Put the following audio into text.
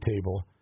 table